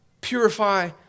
Purify